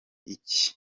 iki